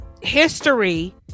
history